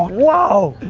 wow.